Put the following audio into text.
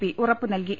P ഉറപ്പ് നൽകി